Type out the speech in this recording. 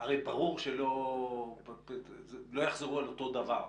הרי ברור שלא יחזרו על אותו דבר,